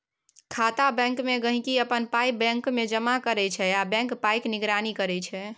खाता बैंकमे गांहिकी अपन पाइ बैंकमे जमा करै छै आ बैंक पाइक निगरानी करै छै